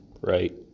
right